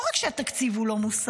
לא רק שהתקציב לא מוסרי,